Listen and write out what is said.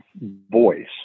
voice